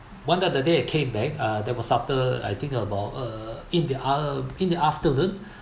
one of the day I came back uh that was after I think about uh in the uh in the afternoon